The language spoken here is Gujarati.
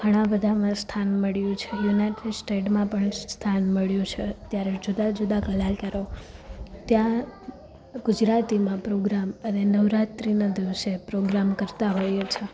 ઘણાં બધામાં સ્થાન મળ્યું છે અને યુનાઇટેડ સ્ટેટમાં પણ સ્થાન મળ્યું છે ત્યારે જુદાં જુદાં કલાકારો ત્યાં ગુજરાતીમાં પ્રોગ્રામ અને નવરાત્રીના દિવસે પ્રોગ્રામ કરતા હોય છે